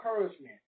encouragement